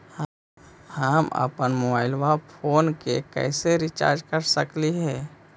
हम अप्पन mobile phone के कैसे रिचार्ज कर सकली हे?